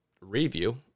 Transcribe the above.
review